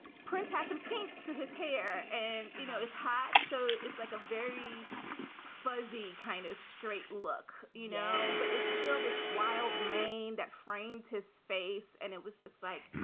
prince has some kink to his hair. and, you know, it's hot. so it's like a very fuzzy kind of straight look, you know, but it's still this wild mane that frames his face. and it was just like,